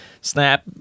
Snap